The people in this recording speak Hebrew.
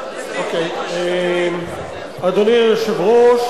אדוני היושב-ראש,